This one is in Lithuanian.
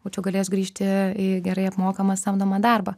būčiau galėjus grįžti į gerai apmokamą samdomą darbą